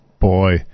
Boy